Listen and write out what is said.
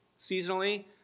seasonally